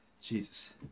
Jesus